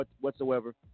whatsoever